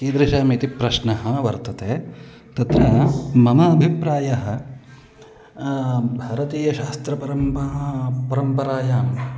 कीदृशम् इति प्रश्नः वर्तते तत्र मम अभिप्रायः भारतीयशास्त्रपरम्परा परम्परायां